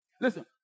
Listen